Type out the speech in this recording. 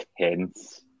tense